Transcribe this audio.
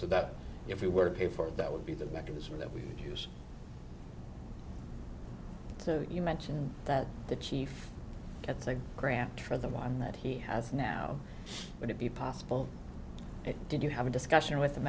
so that if you were paid for that would be the mechanism that we would use you mentioned that the chief gets a grant for the one that he has now would it be possible did you have a discussion with him